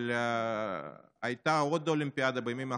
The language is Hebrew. אבל הייתה עוד אולימפיאדה בימים האחרונים,